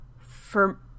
for-